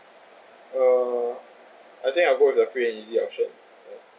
uh I think I will go with the free and easy option ya